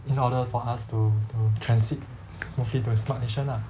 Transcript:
in order for us to to transit smoothly to a smart nation lah